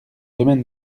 domaine